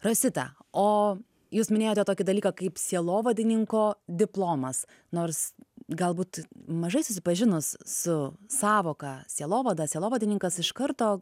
rosita o jūs minėjote tokį dalyką kaip sielovadininko diplomas nors galbūt mažai susipažinus su sąvoka sielovada sielovadininkas iš karto